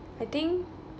I think